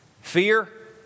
Fear